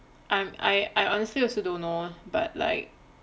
i'm I honestly also don't know but like